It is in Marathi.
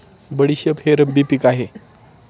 बडीशेप हे रब्बी पिक आहे